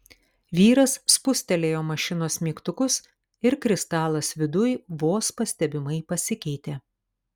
vyras spustelėjo mašinos mygtukus ir kristalas viduj vos pastebimai pasikeitė